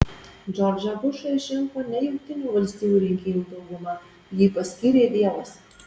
džordžą bušą išrinko ne jungtinių valstijų rinkėjų dauguma jį paskyrė dievas